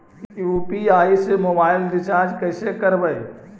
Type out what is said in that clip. UPI से mobile recharge कैसे करबइ?